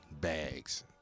bags